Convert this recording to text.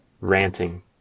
ranting